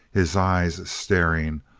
his eyes staring,